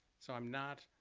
so i'm not,